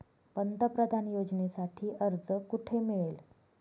पंतप्रधान योजनेसाठी अर्ज कुठे मिळेल?